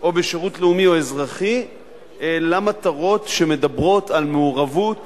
או בשירות לאומי או אזרחי למטרות שמדברות על מעורבות